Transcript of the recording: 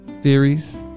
theories